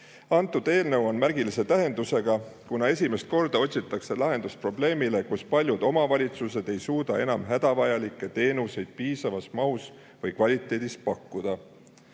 See eelnõu on märgilise tähendusega, kuna esimest korda otsitakse lahendust probleemile, et paljud omavalitsused ei suuda enam hädavajalikke teenuseid piisavas mahus või piisava kvaliteediga pakkuda.